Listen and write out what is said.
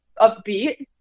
upbeat